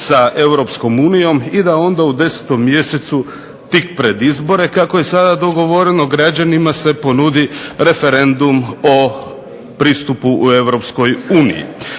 sa Europskom unijom i da onda u 10. mjesecu tik pred izbore kako je sada dogovoreno građani se ponudi referendum o pristupu u Europskoj uniji.